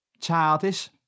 Childish